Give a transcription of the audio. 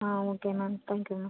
ah okay ma'am thank you ma'am